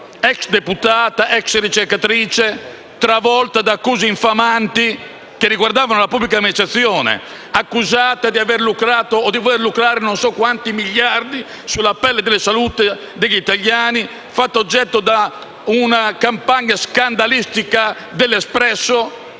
ex deputata e ricercatrice, travolta da accuse infamanti riguardanti la pubblica amministrazione, accusata di aver lucrato o di voler lucrare non so quanti miliardi sulla pelle della salute degli italiani e fatta oggetto di una campagna scandalistica de «L'Espresso»?